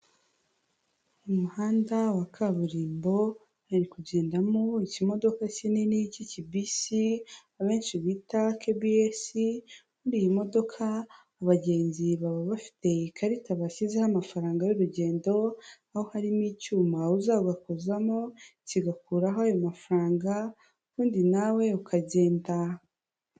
Umuhanda wa kaburimbo hari kugendamo ikimodoka kinini cy'ikibisi abenshi bita KBS, muri iyi modoka abagenzi baba bafite ikarita bashyizeho amafaranga y'urugendo, aho harimo icyuma uza ugakozamo, kigakuraho ayo mafaranga ubundi nawe ukagenda.